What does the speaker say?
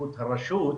זכות הרשות,